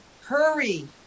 hurry